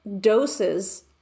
doses